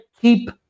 keep